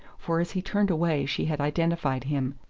for as he turned away she had identified him.